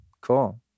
Cool